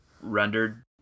rendered